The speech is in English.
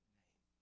name